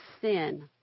sin